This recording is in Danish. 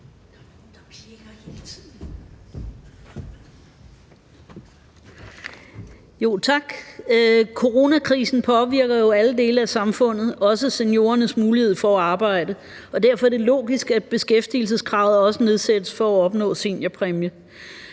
Coronakrisen påvirker jo alle dele af samfundet, også seniorernes mulighed for at arbejde, og derfor er det logisk, at beskæftigelseskravet også nedsættes for at opnå en seniorpræmie.